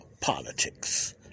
politics